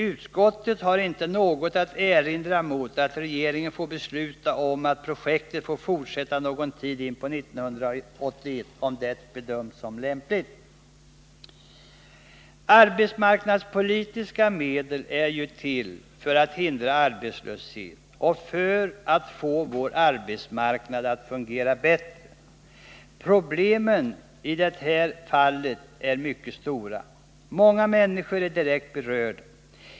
Utskottet har inte något att erinra mot att regeringen får besluta om att projektet får fortsätta någon tid in på 1981 om det bedöms lämpligt. Arbetsmarknadspolitiska medel är till för att hindra arbetslöshet och för att få vår arbetsmarknad att fungera bättre. Problemen i det här fallet är mycket stora. Många människor är direkt berörda.